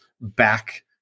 back